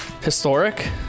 historic